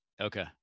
Okay